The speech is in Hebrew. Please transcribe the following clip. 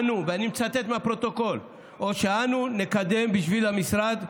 ואני מצטט מהפרוטוקול "או שאנו נקדם בשביל המשרד".